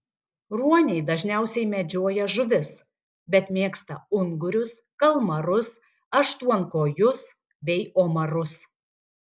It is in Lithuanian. ruoniai dažniausiai medžioja žuvis bet mėgsta ungurius kalmarus aštuonkojus bei omarus